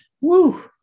Woo